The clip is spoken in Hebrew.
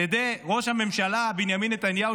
על ידי ראש הממשלה בנימין נתניהו,